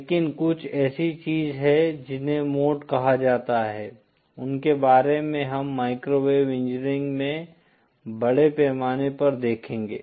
लेकिन कुछ ऐसी चीज हैं जिन्हें मोड कहा जाता है उनके बारे मैं हम माइक्रोवेव इंजीनियरिंग में बड़े पैमाने पर देखेंगे